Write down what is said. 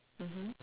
mmhmm